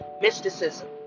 mysticism